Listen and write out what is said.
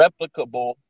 replicable